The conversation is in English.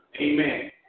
Amen